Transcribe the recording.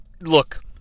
Look